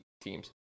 teams